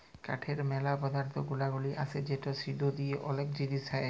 কাঠের ম্যালা পদার্থ গুনাগলি আসে যেমন সিটো দিয়ে ওলেক জিলিস হ্যয়